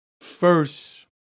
first